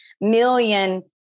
million